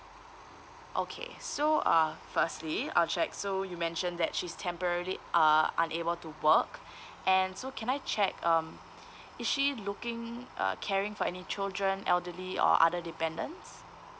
okay so uh firstly I'll check so you mentioned that she's temporarily uh unable to work and so can I check um is she looking uh caring for any children elderly or other dependents